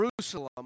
Jerusalem